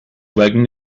wagon